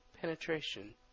Penetration